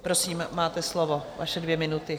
Prosím, máte slovo, vaše dvě minuty.